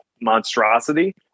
monstrosity